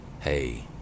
hey